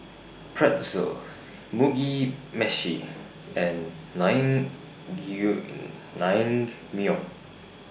Pretzel Mugi Meshi and Naengmyeon